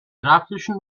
grafischen